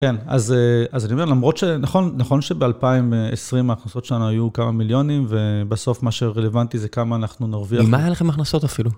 כן, אז אני אומר, למרות שנכון שב-2020 ההכנסות שלנו היו כמה מיליונים, ובסוף מה שרלוונטי זה כמה אנחנו נרוויח. ממה היה לכם ההכנסות אפילו?